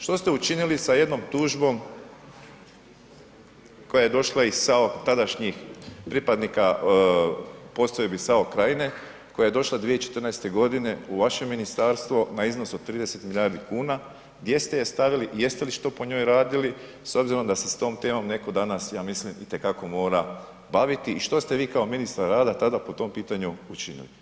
Što ste učinili sa jednom tužbom koja je došla iz SAO tadašnjih pripadnika postrojbi SAO Krajine, koja je došla 2014. godine u vaše ministarstvo na iznos od 30 milijardi kuna, gdje ste je stavili i jeste li što po njoj radili s obzirom da se s tom temom netko danas, ja mislim i te kako mora baviti i što ste vi kao ministar rada tada po tom pitanju učinili?